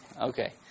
Okay